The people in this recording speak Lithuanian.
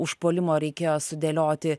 užpuolimo reikėjo sudėlioti